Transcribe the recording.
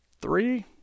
three